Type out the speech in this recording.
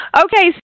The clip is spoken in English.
Okay